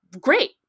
great